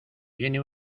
viene